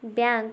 bank